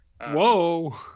Whoa